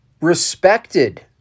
respected